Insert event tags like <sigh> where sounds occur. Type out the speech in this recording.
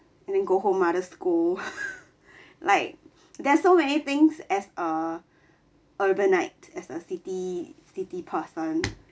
and then go home mother scold <laughs> like there's so many things as a urban like as the city city person